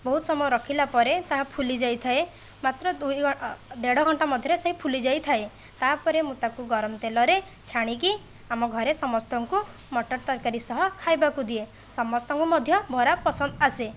ବହୁତ ସମୟ ରଖିଲା ପରେ ତାହା ଫୁଲି ଯାଇଥାଏ ମାତ୍ର ଦୁଇ ଦେଢ଼ ଘଣ୍ଟା ମଧ୍ୟରେ ସେ ଫୁଲି ଯାଇଥାଏ ତା' ପରେ ମୁଁ ତାକୁ ଗରମ ତେଲରେ ଛାଣିକି ଆମ ଘରେ ସମସ୍ତଙ୍କୁ ମଟର ତରକାରୀ ସହ ଖାଇବାକୁ ଦିଏ ସମସ୍ତଙ୍କୁ ମଧ୍ୟ ବରା ପସନ୍ଦ ଆସେ